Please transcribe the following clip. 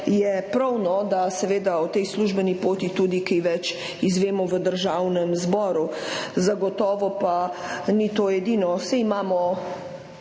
je prav, da seveda o tej službeni poti tudi kaj več izvemo v Državnem zboru. Zagotovo pa ni to edino. Saj imamo